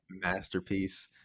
masterpiece